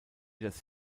das